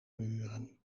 muren